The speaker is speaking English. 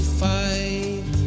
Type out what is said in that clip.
fight